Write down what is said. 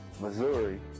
missouri